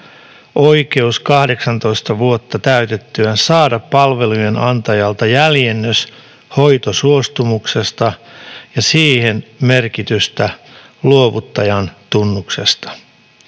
oikeus 18 vuotta täytettyään saada palvelujen antajalta jäljennös hoitosuostumuksesta ja siihen merkitystä luovuttajan tunnuksesta.